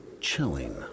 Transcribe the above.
chilling